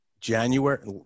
january